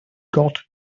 got